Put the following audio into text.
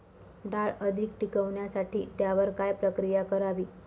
डाळ अधिक टिकवण्यासाठी त्यावर काय प्रक्रिया करावी?